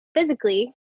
physically